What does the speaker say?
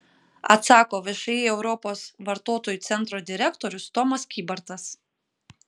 atsako všį europos vartotojų centro direktorius tomas kybartas